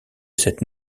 cette